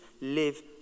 live